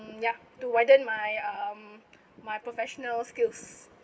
ya to widen my um my professional skills